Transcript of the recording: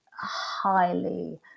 highly